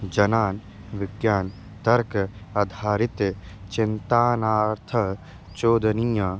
जनान् विज्ञानं तर्काधारितं चिन्तानार्थचोदनीयम्